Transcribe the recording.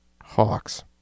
Hawks